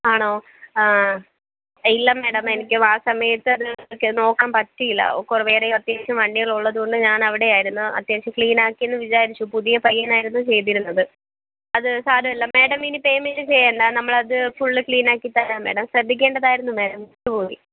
ആണോ ഇല്ല മാഡം എനിക്ക് ആ സമയത്തത് നോക്കാൻ പറ്റിയില്ല കുറേ വേറെയും അത്യാവശ്യം വണ്ടികളുള്ളതുകൊണ്ട് ഞാനവിടെയായിരുന്നു അത്യാവശ്യം ക്ലീനാക്കിയെന്നു വിചാരിച്ചു പുതിയ പയ്യനാരുന്നു ചെയ്തിരുന്നത് അത് സാരമില്ല മാഡമിനി പേയ്മെൻ്റ് ചെയ്യേണ്ട നമ്മളത് ഫുള്ള് ക്ലീനാക്കിത്തരാം മാഡം ശ്രദ്ധിക്കേണ്ടതാരുന്നു മാം വിട്ടുപോയി